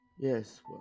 Yes